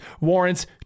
warrants